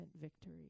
victory